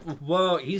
Whoa